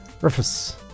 Rufus